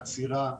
עצירה.